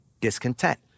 discontent